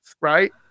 right